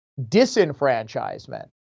disenfranchisement